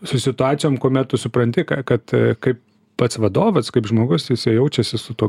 su situacijom kuomet tu supranti kad kaip pats vadovas kaip žmogus jisai jaučiasi su tuo